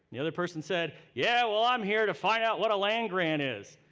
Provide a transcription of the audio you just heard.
the other person said, yeah, well, i'm here to find out what a land-grant is.